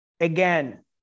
Again